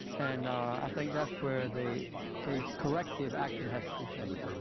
and i think that's where the the corrective action has to be taken.